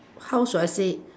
how should I say it